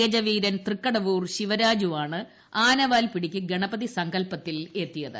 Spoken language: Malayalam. ഗജവീരൻ തൃക്കടവൂർ ശിവരാജുവാണ് ആനവാൽപിടിക്ക് ഗണപതി സങ്കൽപ്പത്തിൽ എത്തിയത്